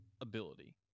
ability